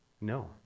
No